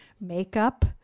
makeup